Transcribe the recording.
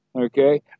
Okay